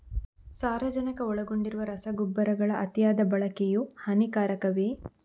ಸಾರಜನಕ ಒಳಗೊಂಡಿರುವ ರಸಗೊಬ್ಬರಗಳ ಅತಿಯಾದ ಬಳಕೆಯು ಹಾನಿಕಾರಕವೇ?